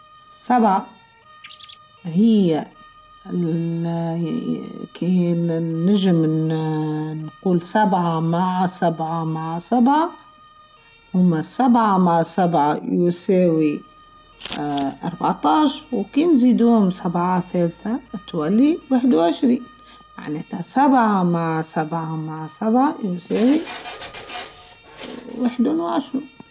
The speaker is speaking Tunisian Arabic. سبعه هى كان ااااا نجم اااا نقول سبعه مع سبعه هما سبعه مع سبعه يساوي أربعتاش و كان نزيدوهم سبعه ثالثه توالي واحده و عشرين معناتها سبعه مع سبعه مع سبعه يساوي واحده و عشرون.